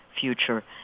future